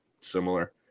similar